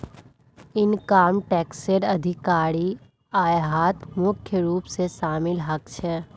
income टैक्सेर अधिकारी यहात मुख्य रूप स शामिल ह छेक